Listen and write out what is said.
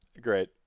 Great